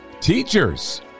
teachers